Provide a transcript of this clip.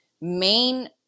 main